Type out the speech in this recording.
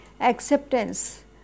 acceptance